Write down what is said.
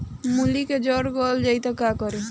मूली के जर गल जाए त का करी?